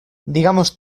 digamos